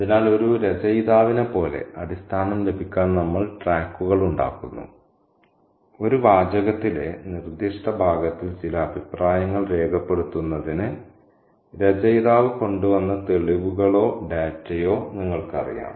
അതിനാൽ ഒരു രചയിതാവിനെപ്പോലെ അടിസ്ഥാനം ലഭിക്കാൻ നമ്മൾ ട്രാക്കുകൾ ഉണ്ടാക്കുന്നു ഒരു വാചകത്തിലെ നിർദ്ദിഷ്ട ഭാഗത്തിൽ ചില അഭിപ്രായങ്ങൾ രേഖപ്പെടുത്തുന്നതിന് രചയിതാവ് കൊണ്ടുവന്ന തെളിവുകളോ ഡാറ്റയോ നിങ്ങൾക്കറിയാം